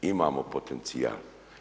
Imamo potencijal.